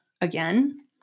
again